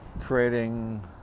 creating